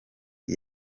com